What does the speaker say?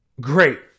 Great